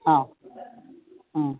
ആ